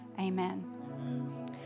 Amen